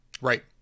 right